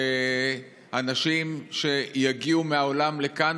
שבקרוב אנשים שיגיעו מהעולם לכאן,